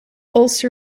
ulcer